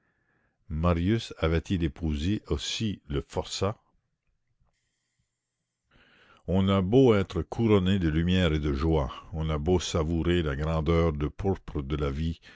marius avait-il épousé aussi le forçat on a beau être couronné de lumière et de joie on a beau savourer la grande heure de pourpre de la vie